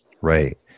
Right